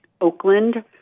Oakland